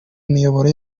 imiyoboro